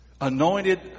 anointed